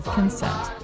Consent